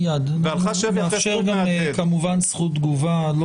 נאפשר גם כמובן זכות תגובה.